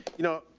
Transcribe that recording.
you know,